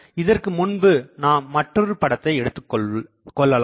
இதற்கு முன்பு நாம் மற்றுமொரு படத்தை எடுத்துக்கொள்ளலாம்